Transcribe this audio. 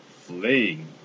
Fling